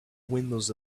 windows